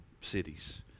cities